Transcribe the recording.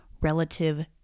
relative